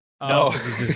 no